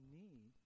need